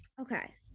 okay